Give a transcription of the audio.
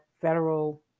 federal